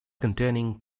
containing